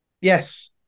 Yes